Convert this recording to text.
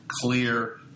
clear